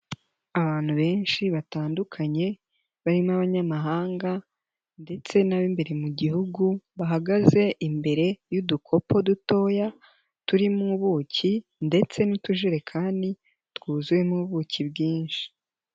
Abantu benshi batandukanye barimo abanyamahanga ndetse n'ab'imbere mu gihugu, bahagaze imbere y'udukopo dutoya turimo ubuki ndetse n'utujerekani twuzuyemo ubuki bwinshi.